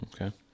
Okay